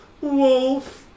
Wolf